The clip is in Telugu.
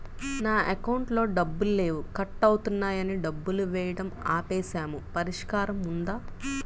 నా అకౌంట్లో డబ్బులు లేవు కట్ అవుతున్నాయని డబ్బులు వేయటం ఆపేసాము పరిష్కారం ఉందా?